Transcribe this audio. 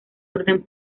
orden